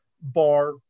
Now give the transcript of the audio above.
bar